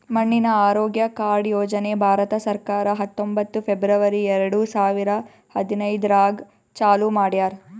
ಮಣ್ಣಿನ ಆರೋಗ್ಯ ಕಾರ್ಡ್ ಯೋಜನೆ ಭಾರತ ಸರ್ಕಾರ ಹತ್ತೊಂಬತ್ತು ಫೆಬ್ರವರಿ ಎರಡು ಸಾವಿರ ಹದಿನೈದರಾಗ್ ಚಾಲೂ ಮಾಡ್ಯಾರ್